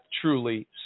truly